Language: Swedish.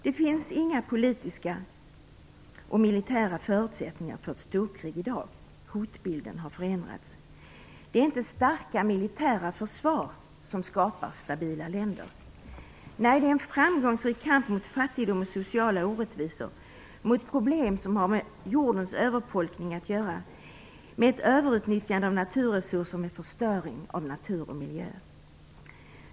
Det finns inga politiska och militära förutsättningar för ett storkrig i dag. Hotbilden har förändrats. Det är inte starka militära försvar som skapar stabila länder, utan det åstadkoms genom en framgångsrik kamp mot fattigdom och sociala orättvisor och mot problem som har med jordens överbefolkning att göra. Det har också med överutnyttjande av naturresurser och med förstöring av natur och miljö att göra.